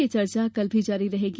यह चर्चा कल भी जारी रहेगी